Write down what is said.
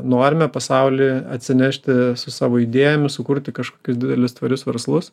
norime pasaulį atsinešti su savo idėjomis sukurti kažkokius didelius tvarius verslus